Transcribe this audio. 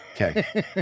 Okay